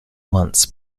months